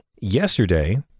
yesterday